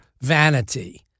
vanity